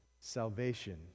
Salvation